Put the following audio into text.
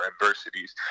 adversities